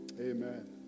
Amen